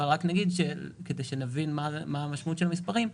אבל רק נגיד כדי שנבין את המשמעות של המספרים שב-OECD,